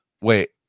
Wait